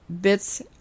Bits